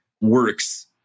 works